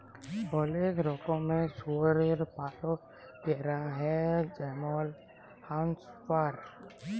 অলেক রকমের শুয়রের পালল ক্যরা হ্যয় যেমল হ্যাম্পশায়ার